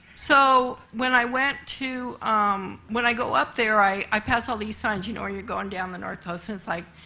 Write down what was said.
so when i went to um when i go up there, i i pass all these signs, you know, where you're going down the north coast and it's, like,